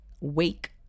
wake